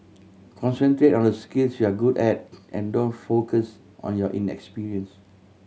concentrate on the skills you're good at and don't focus on your inexperience